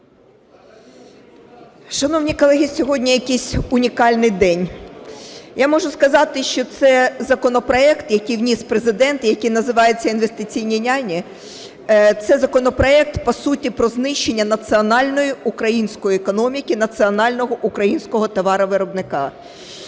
Шановні колеги, сьогодні якийсь унікальний день. Я можу сказати, що це законопроект, який вніс Президент, який називається "інвестиційні няні", цей законопроект по суті про знищення національної української економіки, національного українського товаровиробника.